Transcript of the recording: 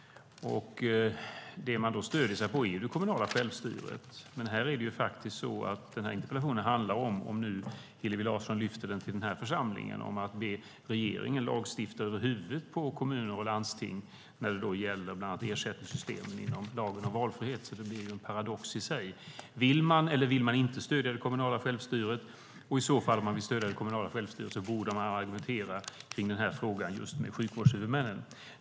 Det man stöder sig på är det kommunala självstyret. Men den här interpellationen handlar faktiskt, om nu Hillevi Larsson lyfter den till den här församlingen, om att be regeringen lagstifta över huvudet på kommuner och landsting när det gäller bland annat ersättningssystemen inom lagen om valfrihet. Det blir en paradox i sig. Vill man eller vill man inte stödja det kommunala självstyret? Om man vill stödja det kommunala självstyret borde man argumentera kring den här frågan just med sjukvårdshuvudmännen.